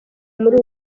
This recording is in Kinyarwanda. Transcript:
muri